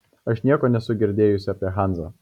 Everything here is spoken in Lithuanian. aš nieko nesu girdėjusi apie hanzą